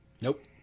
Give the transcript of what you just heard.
Nope